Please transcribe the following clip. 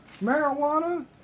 marijuana